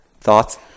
Thoughts